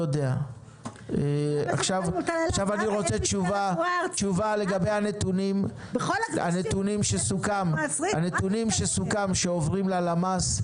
עכשיו אני רוצה תשובה לגבי הנתונים שסוכם שעוברים ללמ"ס,